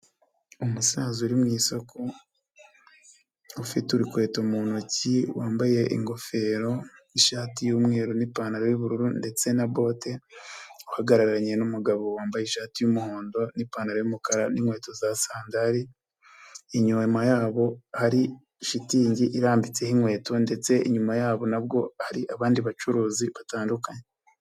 Umusaza uri mu isoko ufite urukweto mu ntoki wambaye ingofero n'ishati y'umweru n'ipantaro y'ubururu ndetse na bote, uhagararanye n'umugabo wambaye ishati y'umuhondo n'ipantaro y'umukara n'inkweto za sandali, inyuma yabo hari shitingi irambitseho inkweto ndetse inyuma yabo nabwo hari abandi bacuruzi batandukanye.